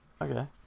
Okay